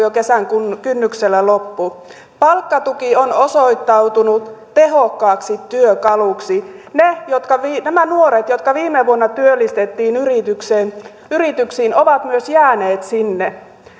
jo kesän kynnyksellä loppu palkkatuki on osoittautunut tehokkaaksi työkaluksi nämä nuoret jotka viime vuonna työllistettiin yrityksiin yrityksiin ovat myös jääneet sinne